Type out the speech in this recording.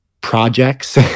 projects